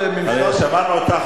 שמענו אותך,